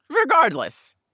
Regardless